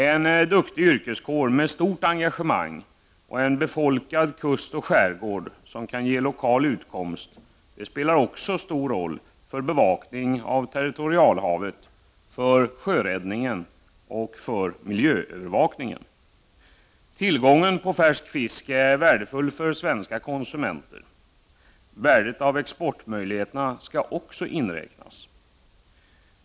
En duktig yrkeskår med stort engagemang och en befolkad kust och skärgård som kan ge lokal utkomst spelar också stor roll för bevakningen av territorialhavet, för sjöräddningen och för miljöövervakningen. Tillgången på färsk fisk är värdefull för svenska konsumenter. Värdet av exportmöjligheterna skall också inräknas.